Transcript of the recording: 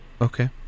Okay